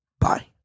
Bye